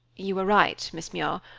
you are right, miss muir.